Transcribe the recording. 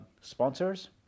sponsors